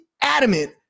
adamant